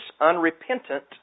unrepentant